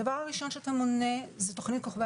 הדבר הראשון שאתה מונה הוא תוכנית כוכבי